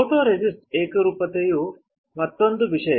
ಫೋಟೊರೆಸಿಸ್ಟ್ನ ಏಕರೂಪತೆಯು ಮತ್ತೊಂದು ವಿಷಯ